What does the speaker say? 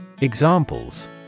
Examples